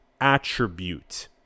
attribute